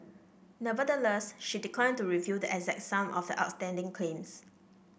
nevertheless she declined to reveal the exact sum of the outstanding claims